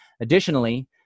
Additionally